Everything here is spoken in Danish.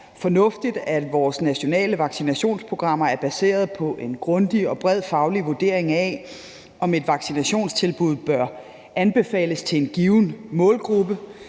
fornuftigt, at vores nationale vaccinationsprogrammer er baseret på en grundig og bred faglig vurdering af, om et vaccinationstilbud bør anbefales til en given målgruppe.